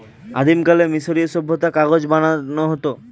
আদিমকালে মিশরীয় সভ্যতায় কাগজ বানানো হতো